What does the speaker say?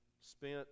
spent